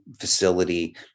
facility